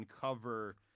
cover